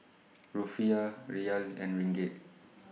Rufiyaa Riyal and Ringgit